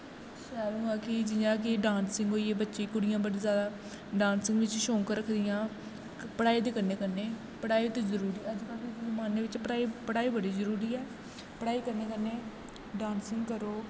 शैल होऐ कि जियां कि डांसिंग होई बच्चे कुड़ियां बड़ियां जादा डांसिंग बिच्च शौंक रखदियां पढ़ाई दे कन्नै कन्नै पढ़ाई ते जरूरी ऐ अज्ज कल दे जमान्ने बिच्च पढ़ाई पढ़ाई बड़ी जरूरी ऐ पढ़ाई कन्नै कन्नै डांसिंग करो